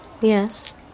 Yes